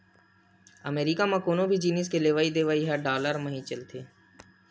अमरीका म कोनो भी जिनिस के लेवइ देवइ ह डॉलर म ही चलथे